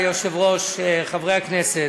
אדוני היושב-ראש, חברי הכנסת,